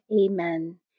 Amen